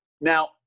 Now